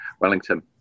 Wellington